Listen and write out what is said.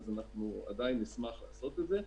אנחנו עדיין נשמח לעשות את זה.